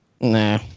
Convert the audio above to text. Nah